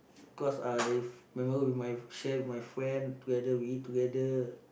cause I memory with my share with my friend together we eat together